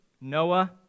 Noah